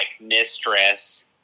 mistress